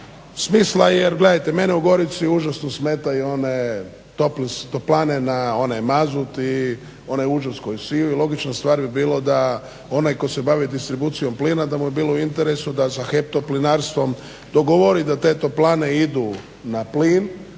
smisla, jer gledajte mene u Gorici užasno smetaju one toplane na onaj mazut i onaj užas koji sivi. Logična stvar bi bilo da onaj ko se bavi distribucijom plina, da mu je bilo u interesu da sa HEP-toplinarstvo dogovori da te toplane idu na plin,